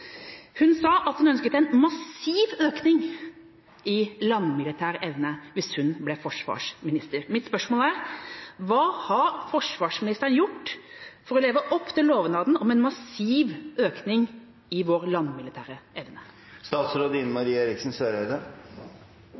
Hun sa at hun ønsket en massiv økning i landmilitær evne hvis hun ble forsvarsminister. Mitt spørsmål er: Hva har forsvarsministeren gjort for å leve opp til lovnaden om en massiv økning i vår landmilitære